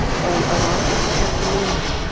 and a lot of us would have to move